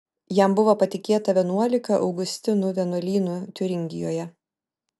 jam buvo patikėta vienuolika augustinų vienuolynų tiuringijoje